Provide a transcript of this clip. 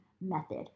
method